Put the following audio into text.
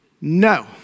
No